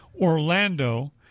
Orlando